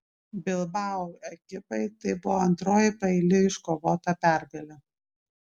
bilbao ekipai tai buvo antroji paeiliui iškovota pergalė